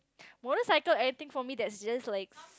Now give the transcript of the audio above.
motorcycle anything for me that is just like